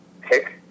pick